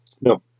No